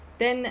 then